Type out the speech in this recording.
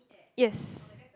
yes